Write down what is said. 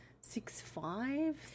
six-five